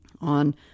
on